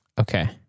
Okay